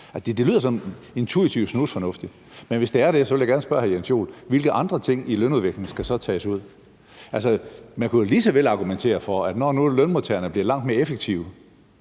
Det lyder sådan intuitivt snusfornuftigt. Men hvis det er det, vil jeg gerne spørge hr. Jens Joel, hvilke andre ting i lønudviklingen der så skal tages ud. Man kunne jo lige så vel argumentere for, at når nu modtagerne bliver langt mere effektive